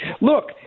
Look